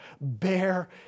bear